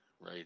right